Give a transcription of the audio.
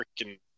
freaking